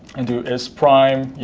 and do is prime you